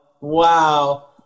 Wow